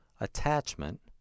attachment